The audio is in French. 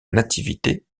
nativité